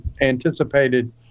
anticipated